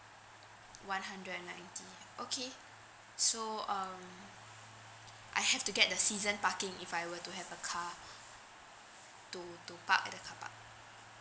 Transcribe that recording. one hundred and ninety okay so um I have to get the season parking if I were to have a car to to park at the carpark